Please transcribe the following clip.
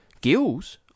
Gills